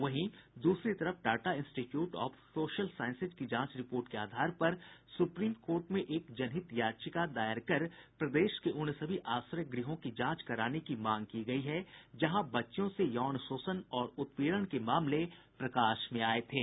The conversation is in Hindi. वहीं दूसरी तरफ Tata institute of social sciences की जांच रिपोर्ट के आधार पर सुप्रीम कोर्ट में एक जनहित दायर कर प्रदेश के उन सभी आश्रय गृहों की जांच कराने की मांग की गयी है जहां बच्चियों से यौन शोषण और उत्पीड़न के मामले प्रकाश में आये थे